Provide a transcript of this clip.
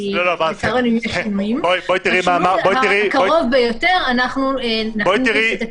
כי --- בשינוי הקרוב ביותר אנחנו נכניס את תיקון